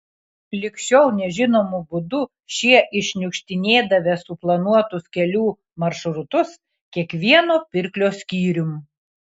lig šiol nežinomu būdu šie iššniukštinėdavę suplanuotus kelių maršrutus kiekvieno pirklio skyrium